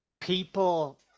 People